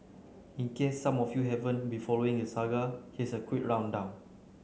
in case some of you haven't been following the saga here's a quick rundown